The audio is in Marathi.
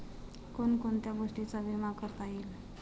कोण कोणत्या गोष्टींचा विमा करता येईल?